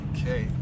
Okay